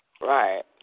Right